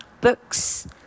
Books